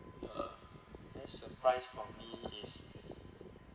uh best surprise for me is